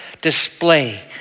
display